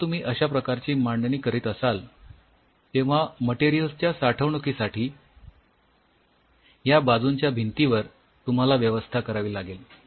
जेव्हा तुम्ही अश्या प्रकारची मांडणी करीत असाल तेव्हा मटेरियल्स च्या साठवणुकीसाठी ह्या बाजूंच्या भिंतींवर तुम्हाला व्यवस्था करावी लागेल